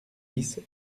dix